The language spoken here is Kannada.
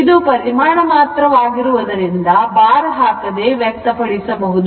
ಇದು ಪರಿಮಾಣ ಮಾತ್ರ ಆಗಿರುವುದರಿಂದ bar ಹಾಕದೆ ವ್ಯಕ್ತಪಡಿಸಬಹುದು